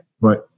Right